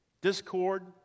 Discord